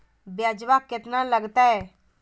ब्यजवा केतना लगते?